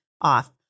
off